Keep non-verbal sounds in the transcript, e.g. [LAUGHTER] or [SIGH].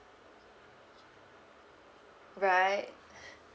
right [BREATH]